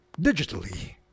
digitally